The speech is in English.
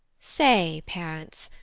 say, parents,